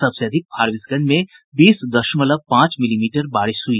सबसे अधिक फारबिसगंज में बीस दशमलव पांच मिलीमीटर बारिश हुई